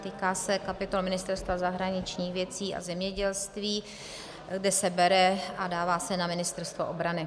Týká se kapitol ministerstev zahraničních věcí a zemědělství, kde se bere, a dává se na Ministerstvo obrany.